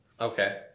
Okay